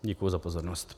Děkuji za pozornost.